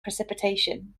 precipitation